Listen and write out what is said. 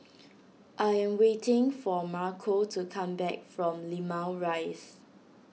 I am waiting for Marco to come back from Limau Rise